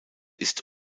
ist